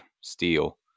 steel